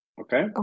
okay